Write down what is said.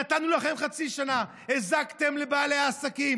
נתנו לכם חצי שנה, והזקתם לבעלי עסקים.